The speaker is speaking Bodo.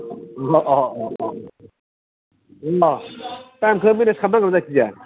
अह अह टाइमखौ मेनेज खालामनांगोन जायखि जाया